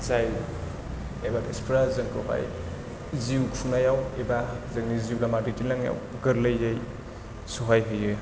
जाय एडभार्टाइजफ्रा जोंखौहाय जिउ खुंनायाव एबा जिउ जोंनि लामा दैदेनलांनायाव गोरलैयै सहाय होयो